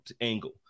angle